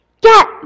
Get